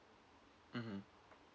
mmhmm